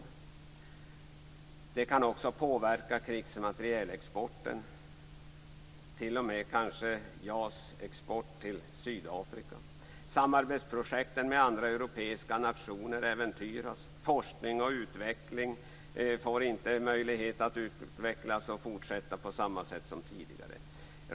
Krigsmaterielexporten kan påverkas, kanske t.o.m. exporten av JAS till Sydafrika. Samarbetsprojekten med andra europeiska nationer äventyras. Forskning och utveckling får inte möjlighet att fortsätta på samma sätt som tidigare.